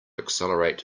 accelerate